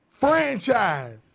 Franchise